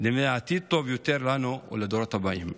נבנה עתיד טוב יותר לנו ולדורות הבאים.